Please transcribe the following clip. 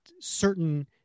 certain